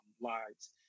lives